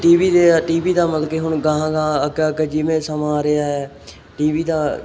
T V ਦੇ TV ਦਾ ਮਤਲਬ ਕਿ ਹੁਣ ਗਾਹਾਂ ਗਾਹਾਂ ਅੱਗੇ ਅੱਗੇ ਜਿਵੇਂ ਸਮਾਂ ਆ ਰਿਹਾ ਹੈ ਟੀ ਵੀ ਦਾ